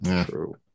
true